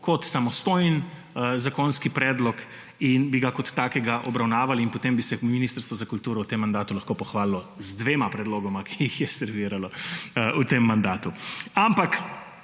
kot samostojen zakonski predlog in bi ga kot takega obravnavali. Potem bi se Ministrstvo za kulturo v tem mandatu lahko pohvalilo z dvema predlogoma, ki jih je serviralo v tem mandatu. Ampak